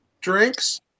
drinks